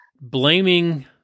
blaming